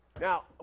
Now